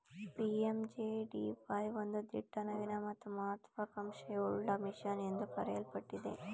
PMJDY ಒಂದು ದಿಟ್ಟ ನವೀನ ಮತ್ತು ಮಹತ್ವ ಕಾಂಕ್ಷೆಯುಳ್ಳ ಮಿಷನ್ ಎಂದು ಕರೆಯಲ್ಪಟ್ಟಿದೆ